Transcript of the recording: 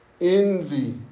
envy